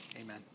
Amen